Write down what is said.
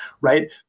right